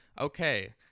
okay